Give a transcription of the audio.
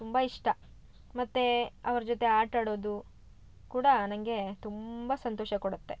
ತುಂಬ ಇಷ್ಟ ಮತ್ತೆ ಅವ್ರ ಜೊತೆ ಆಟಾಡೋದು ಕೂಡಾ ನಂಗೆ ತುಂಬ ಸಂತೋಷ ಕೊಡುತ್ತೆ